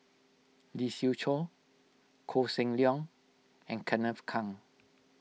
Lee Siew Choh Koh Seng Leong and Kenneth Keng